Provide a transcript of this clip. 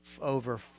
over